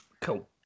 Cool